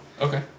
Okay